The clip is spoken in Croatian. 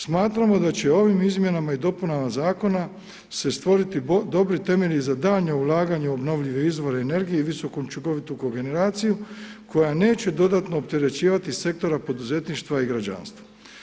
Smatramo da će ovim izmjenama i dopunama zakona se stvoriti dobri temelji za daljnje ulaganje u obnovljive izvore energije i visokoučinkovitu kogeneraciju koja neće dodatno opterećivati sektore poduzetništva i građanstva.